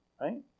right